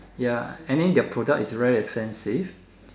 ya and then their product is very expensive